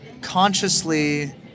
consciously